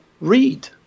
read